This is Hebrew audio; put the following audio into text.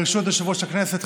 ברשות יושב-ראש הכנסת,